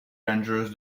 rangers